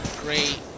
Great